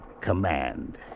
command